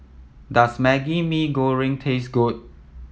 does Maggi Goreng taste good